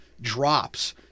Drops